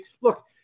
Look